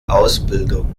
ausbildung